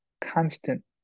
constant